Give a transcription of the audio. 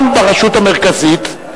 גם ברשות המרכזית,